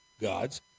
gods